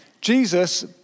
Jesus